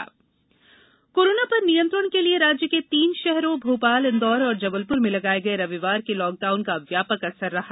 Covid बंद corona पर नियंत्रण के लिए राज्य के तीन शहरों भोपाल इंदौर और जबलपुर में लगाए गए रविवार के लॉकडाउन का व्यापक असर रहा